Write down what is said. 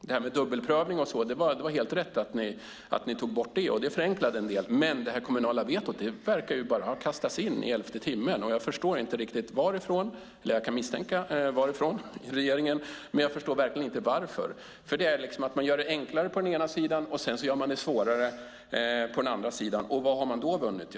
Det var helt rätt att ni tog bort dubbelprövningen, och det förenklade en del. Men det kommunala vetot verkar bara ha kastats in i elfte timmen. Jag kan misstänka varifrån i regeringen. Men jag förstår verkligen inte varför. Det innebär ju att man gör det enklare på den enda sidan och gör det svårare på den andra sidan. Vad har man vunnit då?